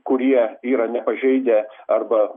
kurie yra nepažeidę arba